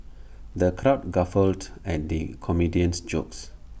the crowd guffawed at the comedian's jokes